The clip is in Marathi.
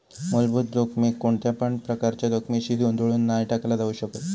मुलभूत जोखमीक कोणत्यापण प्रकारच्या जोखमीशी गोंधळुन नाय टाकला जाउ शकत